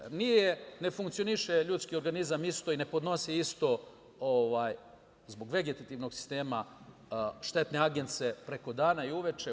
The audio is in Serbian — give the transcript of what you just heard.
Jer, ne funkcioniše ljudski organizam isto i ne podnosi isto zbog vegetativnog sistema štete agence preko dana i uveče.